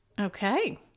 Okay